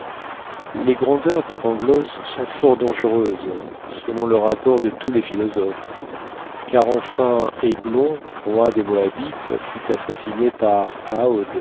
les grandeurs dit pangloss sont fort dangereuses selon le rapport de tous les philosophes car enfin églon roi des moabites fut assassiné par